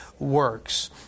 Works